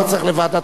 לא צריך לוועדת